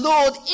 Lord